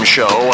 Show